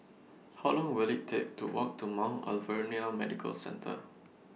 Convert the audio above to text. How Long Will IT Take to Walk to Mount Alvernia Medical Centre